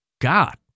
God